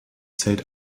zelt